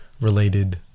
related